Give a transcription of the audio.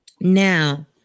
Now